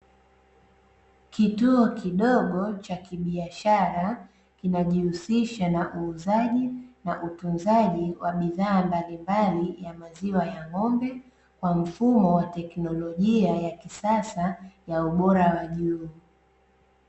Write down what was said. Kituo kidogo cha kibiashara kinajihusisha na uuzaji na utunzaji wa bidhaa mbalimbali za maziwa ya ng'ombe, kwa mfumo wa teknolojia ya kisasa, ya ubora wa juu.